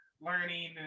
learning